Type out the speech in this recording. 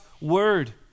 word